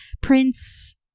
prince